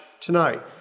tonight